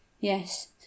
Yes